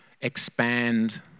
expand